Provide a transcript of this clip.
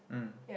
mm